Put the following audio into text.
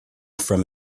from